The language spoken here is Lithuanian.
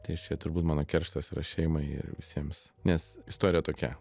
tai iš čia turbūt mano kerštas yra šeimai ir visiems nes istorija tokia